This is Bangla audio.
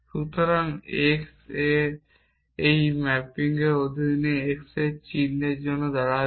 সুতরাং x A এই ম্যাপিংয়ের অধীনে x এর চিত্রের জন্য দাঁড়াবে